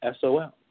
SOL